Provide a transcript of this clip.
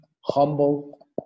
humble